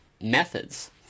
methods